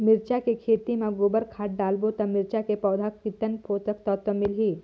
मिरचा के खेती मां गोबर खाद डालबो ता मिरचा के पौधा कितन पोषक तत्व मिलही?